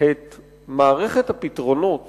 את מערכת הפתרונות